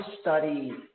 study